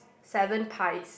seven pies